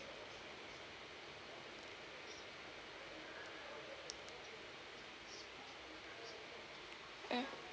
mm